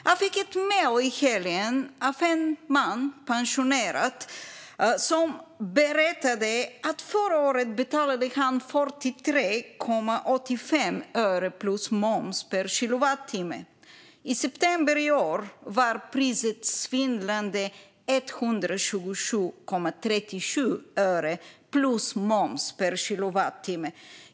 Jag fick ett mejl i helgen från en pensionerad man som berättade att han förra året betalade 43,85 öre plus moms per kilowattimme, och i september i år var priset svindlande 127,37 öre plus moms per kilowattimme.